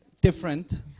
different